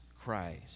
Christ